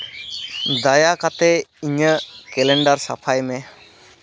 ᱫᱟᱭᱟ ᱠᱟᱛᱮ ᱤᱧᱟᱹᱜ ᱠᱮᱞᱮᱱᱰᱟᱨ ᱥᱟᱯᱷᱟᱭ ᱢᱮ